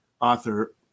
author